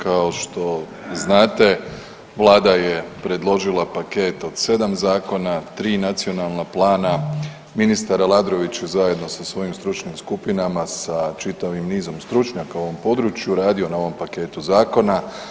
Kao što znate Vlada je predložila paket od sedam zakona, tri nacionalna plana, ministar Aladrović zajedno sa svojim stručnim skupinama, sa čitavim nizom stručnjaka u ovom području radio na ovom paketu zakona.